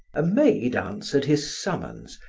a maid answered his summons,